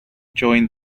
joined